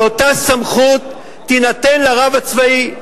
שאותה סמכות תינתן לרב הצבאי,